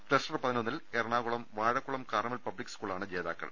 cluster പതിനൊന്നിൽ Ernakulam Vazhakkulam Carmel public സ്കൂളാണ് ജേതാ ക്കൾ